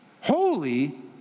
holy